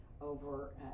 Over